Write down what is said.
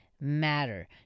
matter